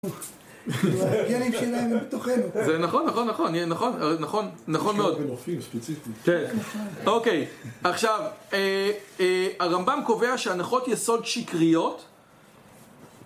זה נכון, נכון, נכון, נכון, נכון, נכון, נכון מאוד. אוקיי, עכשיו, הרמב״ם קובע שהנחות יסוד שקריות.